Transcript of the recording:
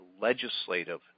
legislative